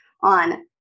on